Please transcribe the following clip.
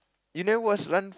you never watch run